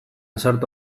sartu